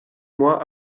moi